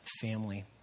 family